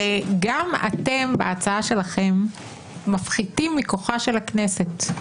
הרי גם אתם בהצעה שלכם מפחיתים מכוחה של הכנסת.